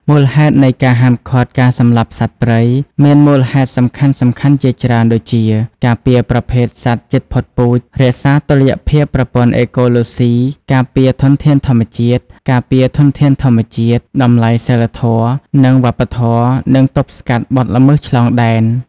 មូលហេតុនៃការហាមឃាត់ការសម្លាប់សត្វព្រៃ មានមូលហេតុសំខាន់ៗជាច្រើន ដូចជា ការពារប្រភេទសត្វជិតផុតពូជ រក្សាតុល្យភាពប្រព័ន្ធអេកូឡូស៊ី ការពារធនធានធម្មជាតិ ការពារធនធានធម្មជាតិ តម្លៃសីលធម៌ និងវប្បធម៌ និងទប់ស្កាត់បទល្មើសឆ្លងដែន។